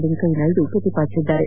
ವೆಂಕಯ್ಯನಾಯ್ಡು ಪ್ರತಿಪಾದಿಸಿದ್ದಾರೆ